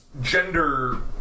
gender